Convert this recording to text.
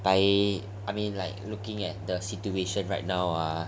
but I mean like looking at the situation right now ah